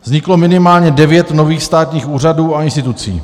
Vzniklo minimálně 9 nových státních úřadů a institucí.